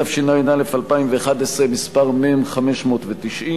התשע"א 2011, מס' מ/590,